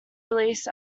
released